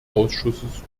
ausschusses